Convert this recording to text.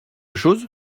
chose